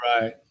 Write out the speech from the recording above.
right